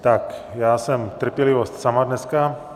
Tak, já jsem trpělivost sama dneska.